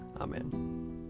Amen